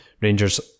Rangers